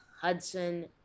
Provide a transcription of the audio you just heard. Hudson